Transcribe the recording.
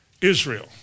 Israel